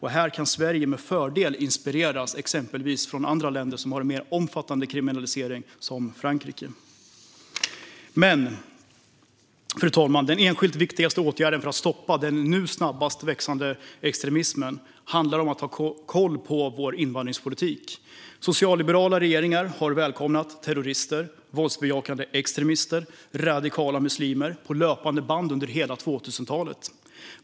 Här kan Sverige med fördel inspireras av andra länder, till exempel Frankrike, som har mer omfattande kriminalisering. Fru talman! Den enskilt viktigaste åtgärden för att stoppa den nu snabbast växande extremismen handlar om att ha koll på invandringspolitiken. Socialliberala regeringar har välkomnat terrorister, våldsbejakande extremister och radikala muslimer på löpande band under hela 2000-talet.